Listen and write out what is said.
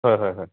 হয় হয় হয়